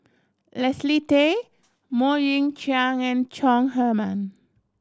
Leslie Tay Mok Ying Jang and Chong Heman